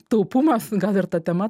taupumas gal ir ta tema